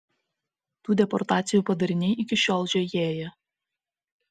tų deportacijų padariniai iki šiol žiojėja